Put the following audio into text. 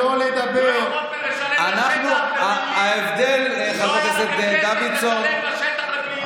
שלא לדבר, לא יכולתם לשלם לשטח, לפעילים.